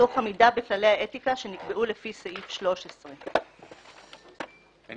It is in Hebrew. תוך עמידה בכללי האתיקה שנקבעו לפי סעיף 13. אני